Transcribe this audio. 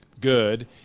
good